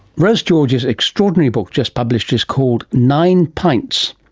rose george's extraordinary book, just published, is called nine pints,